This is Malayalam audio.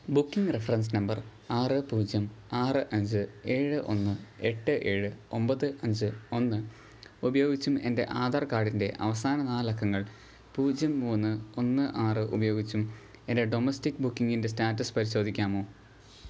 ബുക്കിംഗ് റെഫറൻസ് നമ്പർ ആറ് പൂജ്യം ആറ് അഞ്ച് ഏഴ് ഒന്ന് എട്ട് ഏഴ് ഒൻപത് അഞ്ച് ഒന്ന് ഉപയോഗിച്ചും എൻ്റെ ആധാർ കാഡിൻ്റെ അവസാന നാല് അക്കങ്ങൾ പൂജ്യം മൂന്ന് ഒന്ന് ആറ് ഉപയോഗിച്ചും എൻ്റെ ഡൊമസ്റ്റിക് ബുക്കിംഗിൻ്റെ സ്റ്റാറ്റസ് പരിശോധിക്കാമോ